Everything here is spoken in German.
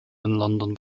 london